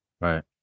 Right